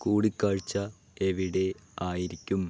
കൂടികാഴ്ച എവിടെ ആയിരിക്കും